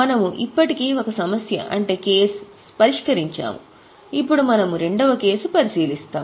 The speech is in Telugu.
మనము ఇప్పటికే ఒక సమస్య అంటే కేసు పరిష్కరించాము ఇప్పుడు మనము రెండవ కేసు పరిశీలిస్తున్నాం